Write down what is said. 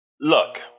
Look